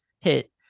hit